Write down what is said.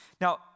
Now